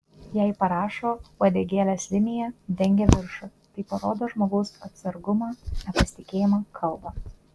jei parašo uodegėlės linija dengia viršų tai parodo žmogaus atsargumą nepasitikėjimą kalbant